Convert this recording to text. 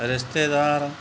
ਰਿਸ਼ਤੇਦਾਰ